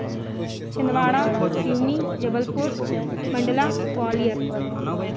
Chhindwara Seoni Jabalpur Mandla Gwalior